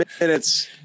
minutes